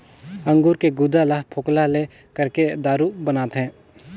अंगूर के गुदा ल फोकला ले करके दारू बनाथे